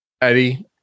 Eddie